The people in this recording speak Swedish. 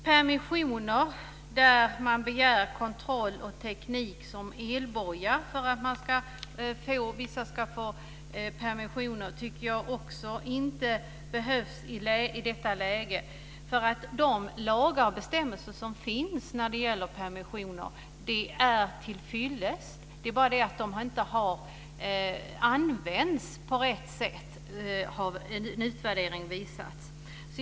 Teknisk kontroll som elboja för att vissa ska få permission tycker jag inte heller behövs i detta läge. De lagar och bestämmelser som finns när det gäller permissioner är tillfyllest. Problemet är att de inte används på rätt sätt, har en utvärdering visat.